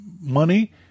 money